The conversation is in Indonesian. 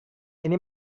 ini